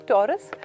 Taurus